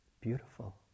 Beautiful